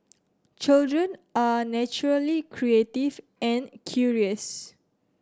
children are naturally creative and curious